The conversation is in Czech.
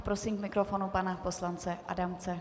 Prosím k mikrofonu pana poslance Adamce.